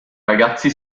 ragazzi